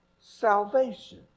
salvation